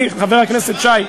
חבר הכנסת שי.